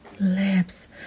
lips